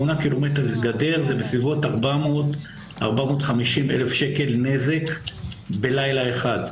8 ק"מ גדר זה בסביבות 400,000 450,000 שקל נזק בלילה אחד.